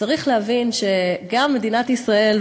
צריך להבין שגם מדינת ישראל,